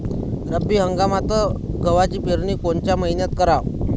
रब्बी हंगामात गव्हाची पेरनी कोनत्या मईन्यात कराव?